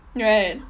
right